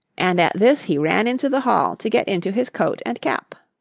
and at this he ran into the hall to get into his coat and cap.